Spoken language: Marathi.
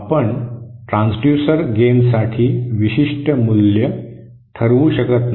आपण ट्रान्सड्यूसर गेनसाठी विशिष्ट मूल्य ठरवू शकत नाही